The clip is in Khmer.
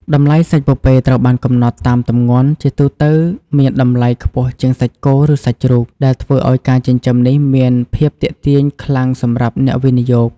តម្លៃសាច់ពពែត្រូវបានកំណត់តាមទម្ងន់ ជាទូទៅមានតម្លៃខ្ពស់ជាងសាច់គោឬសាច់ជ្រូក ដែលធ្វើឲ្យការចិញ្ចឹមនេះមានភាពទាក់ទាញខ្លាំងសម្រាប់អ្នកវិនិយោគ។